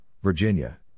Virginia